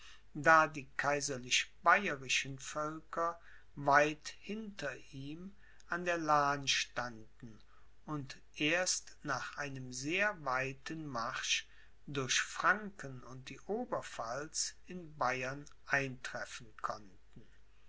da die kaiserlich bayerischen völker weit hinter ihm an der lahn standen und erst nach einem sehr weiten marsch durch franken und die oberpfalz in bayern eintreffen konnten